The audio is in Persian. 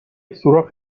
سوراخ